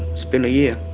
it's been a year.